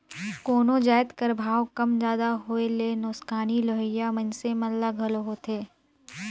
कोनो जाएत कर भाव कम जादा होए ले नोसकानी लेहोइया मइनसे मन ल घलो होएथे